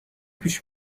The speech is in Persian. پیش